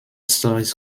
stories